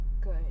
good